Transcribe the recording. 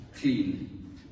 clean